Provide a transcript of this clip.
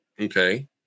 Okay